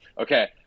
Okay